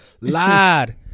lied